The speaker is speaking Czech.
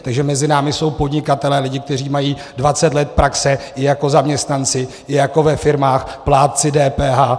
Takže mezi námi jsou podnikatelé, lidé, kteří mají 20 let praxe i jako zaměstnanci, i jako ve firmách, plátci DPH.